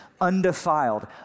undefiled